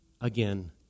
again